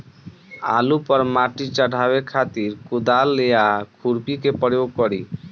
आलू पर माटी चढ़ावे खातिर कुदाल या खुरपी के प्रयोग करी?